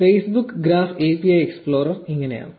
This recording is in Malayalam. ഫേസ്ബുക്ക് ഗ്രാഫ് API എക്സ്പ്ലോറർ ഇങ്ങനെയാണ്